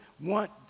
want